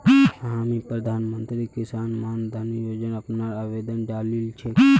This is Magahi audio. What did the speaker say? हामी प्रधानमंत्री किसान मान धन योजना अपनार आवेदन डालील छेक